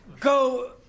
go